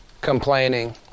complaining